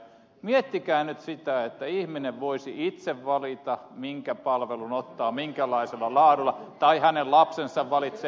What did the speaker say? miettikää nyt sitä että ihminen voisi itse valita minkä palvelun ottaa minkälaisella laadulla tai hänen lapsensa valitsee